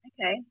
Okay